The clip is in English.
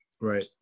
Right